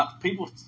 People